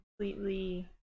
completely